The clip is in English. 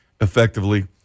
effectively